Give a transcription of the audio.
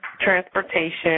transportation